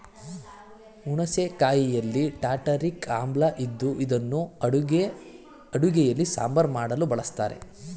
ಹುಣಸೆ ಕಾಯಿಯಲ್ಲಿ ಟಾರ್ಟಾರಿಕ್ ಆಮ್ಲ ಇದ್ದು ಇದನ್ನು ಅಡುಗೆಯಲ್ಲಿ ಸಾಂಬಾರ್ ಮಾಡಲು ಬಳಸ್ತರೆ